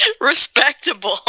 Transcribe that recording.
Respectable